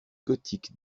gothique